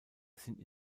sind